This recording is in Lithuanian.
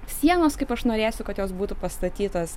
sienos kaip aš norėsiu kad jos būtų pastatytos